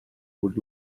would